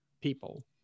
people